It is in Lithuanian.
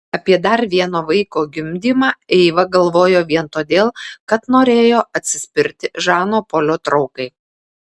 apie dar vieno vaiko gimdymą eiva galvojo vien todėl kad norėjo atsispirti žano polio traukai